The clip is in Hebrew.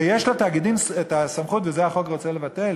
ויש לתאגידים סמכות, ואת זה החוק רוצה לבטל,